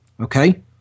okay